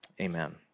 amen